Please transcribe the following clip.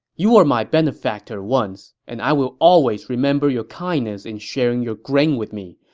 you were my benefactor once, and i will always remember your kindness in sharing your grain with me,